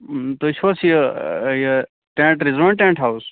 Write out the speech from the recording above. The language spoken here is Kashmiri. تُہۍ چھِو حظ یہِ یہِ ٹینٛٹ رِزوان ٹینٛٹ ہاوُس